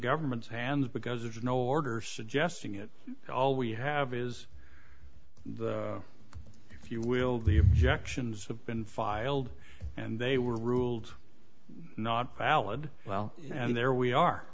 government's hands because there's no order suggesting it all we have is if you will the objections have been filed and they were ruled not valid well and